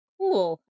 Cool